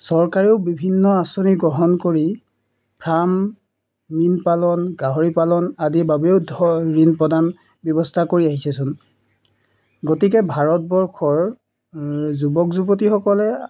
চৰকাৰেও বিভিন্ন আঁচনি গ্ৰহণ কৰি ফাৰ্ম মীন পালন গাহৰি পালন আদিৰ বাবেও ধ ঋণ প্ৰদান ব্যৱস্থা কৰি আহিছে চোন গতিকে ভাৰতবৰ্ষৰ যুৱক যুৱতীসকলে